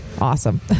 awesome